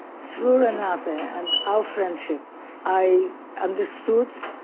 through renata and our friendship i understood,